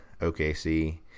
OKC